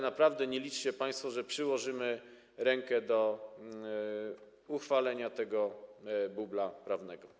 Naprawdę nie liczcie państwo, że przyłożymy rękę do uchwalenia tego bubla prawnego.